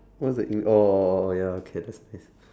what's that mean oh oh ya okay that's nice